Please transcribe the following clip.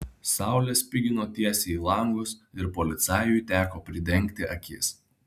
saulė spigino tiesiai į langus ir policajui teko pridengti akis